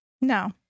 No